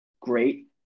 great